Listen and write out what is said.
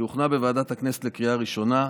שהוכנה בוועדת הכנסת לקריאה ראשונה.